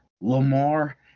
Lamar